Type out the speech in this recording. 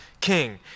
king